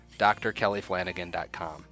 drkellyflanagan.com